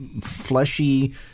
fleshy